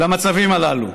למצבים הללו.